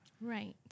right